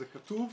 זה כתוב,